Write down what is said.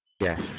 Yes